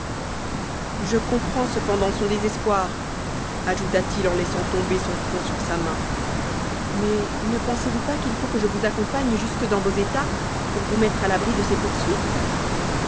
je comprends cependant son désespoir ajouta-t-il en laissant tomber son front sur sa main mais ne pensez-vous pas qu'il faut que je vous accompagne jusque dans vos états pour vous mettre a l'abri de ses poursuites